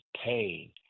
pain